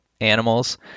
animals